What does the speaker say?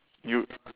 you